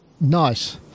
Nice